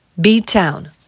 B-Town